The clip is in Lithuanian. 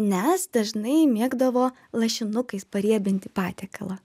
nes dažnai mėgdavo lašinukais pariebinti patiekalą